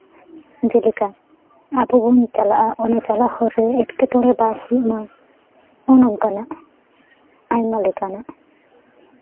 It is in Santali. ᱡᱮᱞᱮᱠᱟ ᱟᱵᱚ ᱵᱚᱱ ᱪᱟᱞᱟᱜᱼᱟ ᱪᱟᱞᱟᱜ ᱦᱚᱨ ᱨᱮ ᱮᱸᱴᱠᱮᱴᱚᱬᱮ ᱵᱟᱝ ᱦᱩᱭᱩᱜᱼᱢᱟ ᱩᱱ ᱚᱱᱠᱟᱱᱟᱜ ᱟᱭᱢᱟ ᱞᱮᱠᱟᱱᱟᱜ